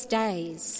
days